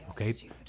okay